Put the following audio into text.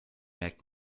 merkt